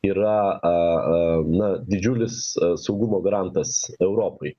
yra a a na didžiulis saugumo garantas europai